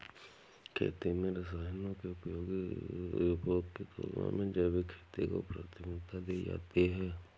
खेती में रसायनों के उपयोग की तुलना में जैविक खेती को प्राथमिकता दी जाती है